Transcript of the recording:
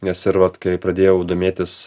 nes ir vat kai pradėjau domėtis